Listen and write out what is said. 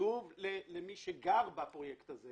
חשוב למי שגר בפרויקט הזה